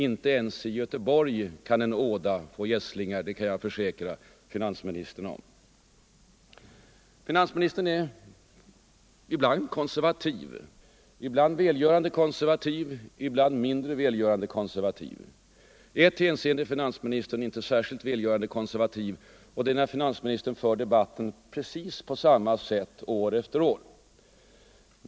Inte ens i Göteborg kan en åda få gässlingar, det kan jag försäkra finansministern om. Finansministern är ibland välgörande konservativ, ibland mindre välgörande konservativ. I ett hänseende är han inte särskilt välgörande konservativ, och det är när han för debatten precis på samma sätt år efter år.